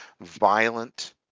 violent